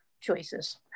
choices